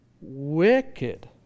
wicked